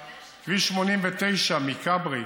מכברי,